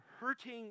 hurting